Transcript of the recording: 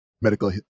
medical